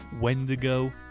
Wendigo